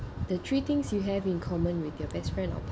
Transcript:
the three things you have in common with your best friend or